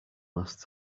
last